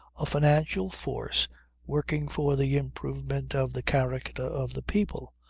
a financial force working for the improvement of the character of the people.